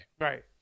Right